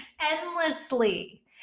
endlessly